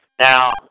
now